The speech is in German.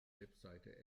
website